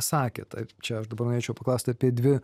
sakėt čia aš dabar norėčiau paklausti apie dvi